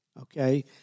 Okay